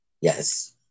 Yes